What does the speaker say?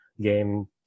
game